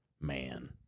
Man